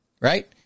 right